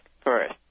first